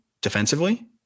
defensively